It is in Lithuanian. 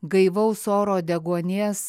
gaivaus oro deguonies